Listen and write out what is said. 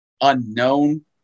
unknown